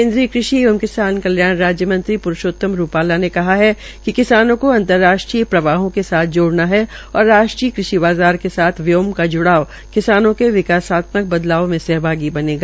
केन्द्रीय कृषि एवं किसान कल्याण राज्य मंत्री पुरूषोतम रूपाला ने कहा है कि किसानों को अंतर्राष्ट्रीय प्रवाहों के साथ जोड़ना है और राष्ट्रीय कृषि बाज़ार के साथ व्योग का जोड़ना किसानों के विकासात्मक बदलाव में सहभागी बनेगी